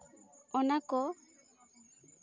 ᱚᱱᱟ ᱠᱚ